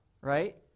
Right